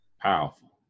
powerful